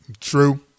True